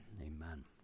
Amen